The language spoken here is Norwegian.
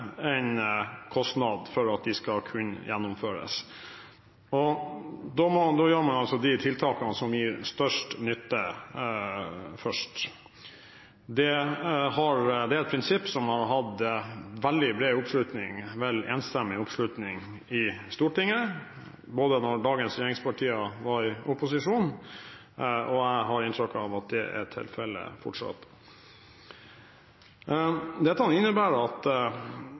de skal kunne gjennomføres. Da tar man de tiltakene som gir størst nytte, først. Det er et prinsipp som har hatt veldig bred oppslutning, enstemmig oppslutning, vel, i Stortinget – både da dagens regjeringspartier var i opposisjon, og nå, har jeg inntrykk av. Dette innebærer at NVE gjør prioriteringer hva gjelder disse midlene, og det er